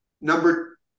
Number